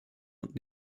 und